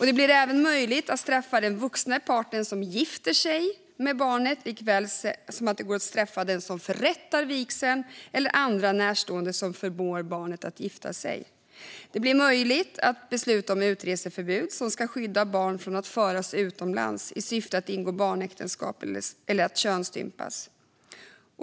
Det blir även möjligt att straffa den vuxna parten som gifter sig med barnet, likaväl som det går att straffa den som förrättar vigseln eller andra närstående som förmår barnet att gifta sig. Det blir möjligt att besluta om utreseförbud, som ska skydda barn från att föras utomlands i syfte att ingå barnäktenskap eller att könsstympas.